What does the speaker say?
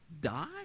die